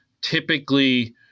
typically